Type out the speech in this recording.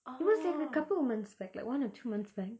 it was like a couple of months back like one or two months back